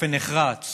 באופן נחרץ